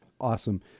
Awesome